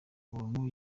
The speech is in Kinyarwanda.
bantu